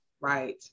right